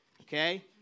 Okay